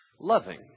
loving